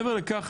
מעבר לכך,